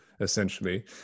essentially